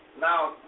now